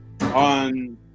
on